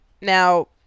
Now